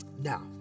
Now